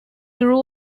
grew